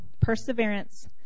perseverance